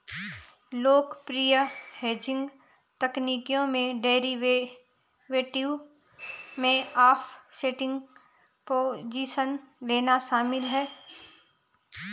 लोकप्रिय हेजिंग तकनीकों में डेरिवेटिव में ऑफसेटिंग पोजीशन लेना शामिल है